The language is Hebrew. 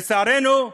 לצערנו,